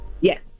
Yes